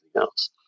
else